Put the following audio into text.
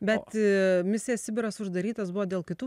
bet misija sibiras uždarytas buvo dėl kitų